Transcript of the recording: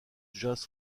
jazz